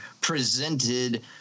presented